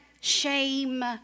shame